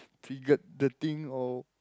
triggered the thing or